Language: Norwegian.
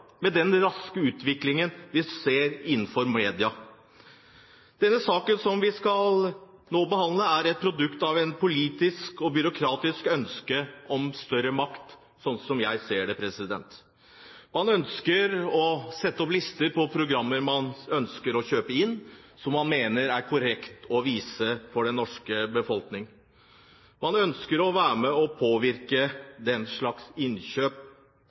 med den raske utviklingen vi ser innenfor media? Den saken vi nå skal behandle, er et produkt av et politisk og byråkratisk ønske om større makt, slik jeg ser det. Man ønsker å sette opp lister over programmer man ønsker å kjøpe inn, og som man mener det er korrekt å vise for den norske befolkningen. Man ønsker å være med og påvirke den slags innkjøp.